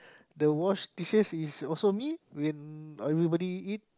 the wash dishes is also me when everybody eat